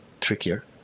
trickier